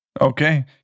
Okay